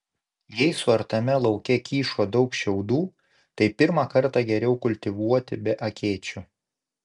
jei suartame lauke kyšo daug šiaudų tai pirmą kartą geriau kultivuoti be akėčių